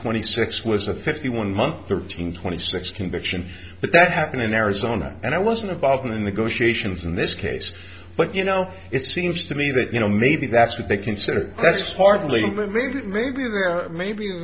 twenty six was a fifty one month thirteen twenty six conviction but that happened in arizona and i wasn't involved in negotiations in this case but you know it seems to me that you know maybe that's what they consider that's partly maybe their maybe